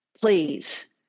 please